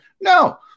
No